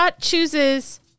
chooses